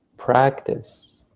practice